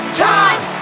time